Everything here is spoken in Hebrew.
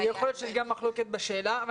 יכול להיות שיש גם מחלוקת בשאלה הזאת.